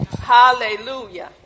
Hallelujah